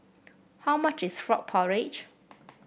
how much is Frog Porridge